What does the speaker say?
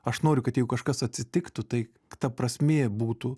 aš noriu kad jeigu kažkas atsitiktų tai ta prasmė būtų